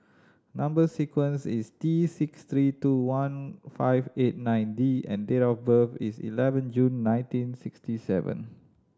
number sequence is T six three two one five eight nine D and date of birth is eleven June nineteen sixty seven